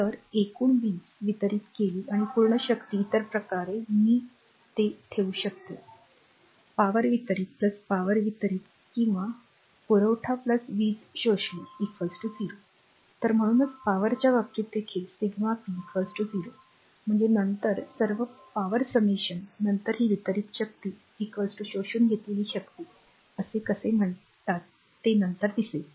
तर एकूण वीज वितरित केली आणि पूर्ण शक्ती इतर प्रकारे मी ते ठेवू शकते पॉवर वितरित पॉवर वितरित किंवा पुरवठा वीज शोषली ० तर म्हणूनच पॉवरच्या बाबतीत देखील सिग्मा σp 0 म्हणजेच नंतर सर्व power summation पॉवर बेरीज नंतर ही वितरीत शक्ती शोषून घेतलेली शक्ती असे कसे म्हणतात ते नंतर दिसेल